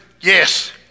yes